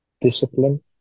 discipline